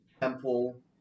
temple